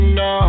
no